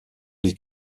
les